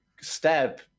stab